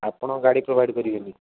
ଆପଣ ଗାଡ଼ି ପ୍ରୋଭାଇଡ଼୍ କରିବେନି